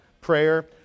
prayer